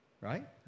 Right